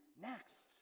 next